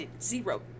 zero